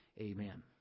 amen